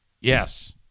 yes